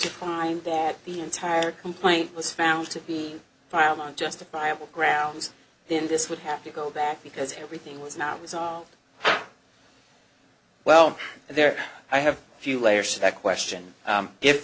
to find that the entire complaint was found to be filed on justifiable grounds then this would have to go back because everything was not resolved well there i have a few layers to that question